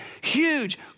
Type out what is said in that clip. huge